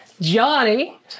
Johnny